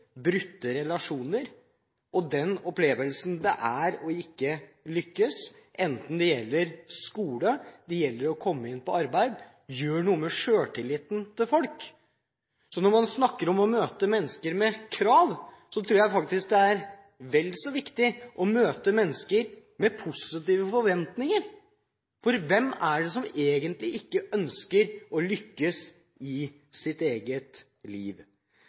brutte relasjoner. Den opplevelsen det er ikke å lykkes, enten det gjelder skole, eller det gjelder å komme i arbeid, gjør noe med selvtilliten til folk. Så når man snakker om å møte mennesker med krav, tror jeg faktisk det er vel så viktig å møte mennesker med positive forventninger. For hvem er det egentlig som ikke ønsker å lykkes i sitt eget liv?